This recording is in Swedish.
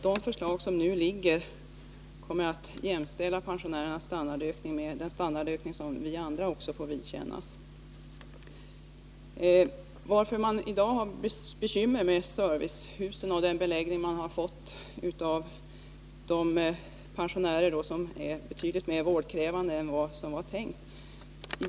De förslag som nu ligger kommer att jämställa pensionärernas standardökning med den standardökning som vi andra får. Anledningen till att man i dag har bekymmer med servicehusen är den beläggning som man har fått med pensionärer som är betydligt mer vårdkrävande än som var tänkt.